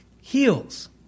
heals